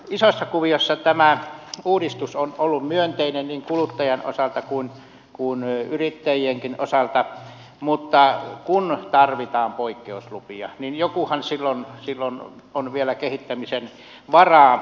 isossa kuviossa tämä uudistus on ollut myönteinen niin kuluttajan osalta kuin yrittäjienkin osalta mutta kun tarvitaan poikkeuslupia niin jossakin silloin on vielä kehittämisen varaa